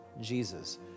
Jesus